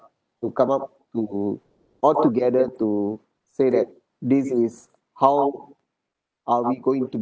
to come up to altogether to say that this is how are we going to